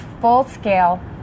full-scale